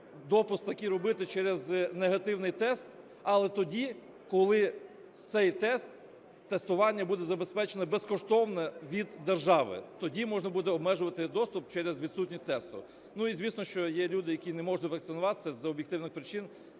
допуск такий робити через негативний тест, але тоді, коли цей тест, тестування буде забезпечено безкоштовно від держави, тоді можна буде обмежувати доступ через відсутність тесту. І, звісно, що є люди, які не можуть вакцинуватися з об'єктивних причин,